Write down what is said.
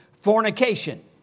Fornication